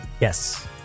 Yes